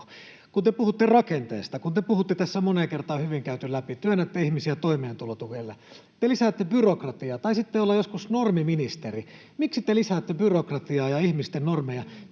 Kun te puhutte rakenteesta, kun te puhutte tässä moneen kertaan, että hyvin on käyty läpi, työnnätte ihmisiä toimeentulotuelle, te lisäätte byrokratiaa. Taisitte olla joskus normiministeri. Miksi te lisäätte byrokratiaa ja ihmisten normeja?